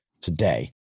today